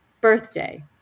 birthday